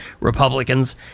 republicans